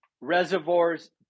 reservoirs